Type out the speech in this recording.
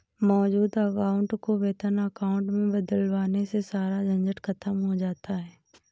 मौजूद अकाउंट को वेतन अकाउंट में बदलवाने से सारा झंझट खत्म हो जाता है